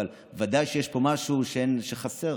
אבל ודאי שיש פה משהו שחסר,